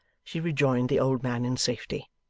she rejoined the old man in safety.